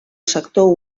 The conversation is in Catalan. sector